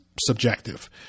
subjective